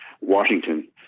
Washington